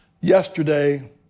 Yesterday